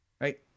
Right